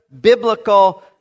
biblical